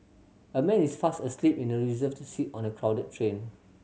a man is fast asleep in a reserved seat on a crowded train